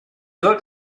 looked